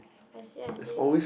I see I see